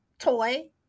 toy